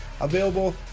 available